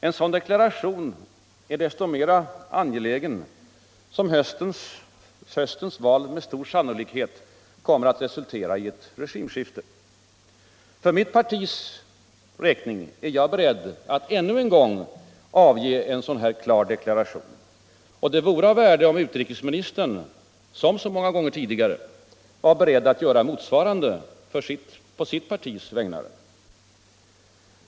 En sådan deklaration är desto angelägnare som höstens val med stor sannolikhet kommer att resultera i ett regimsskifte. För mitt partis räkning är jag beredd att ännu en gång avge en sådan klar deklaration. Det vore av värde om utrikesministern - som så många gånger tidigare — vore beredd att göra motsvarande på sitt partis vägnar.